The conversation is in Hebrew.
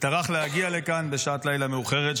שטרח להגיע לכאן בשעת לילה מאוחרת,